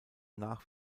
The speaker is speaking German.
nach